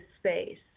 space